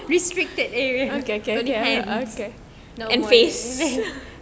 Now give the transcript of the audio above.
okay good ya okay and no more